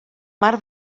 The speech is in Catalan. mar